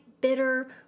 bitter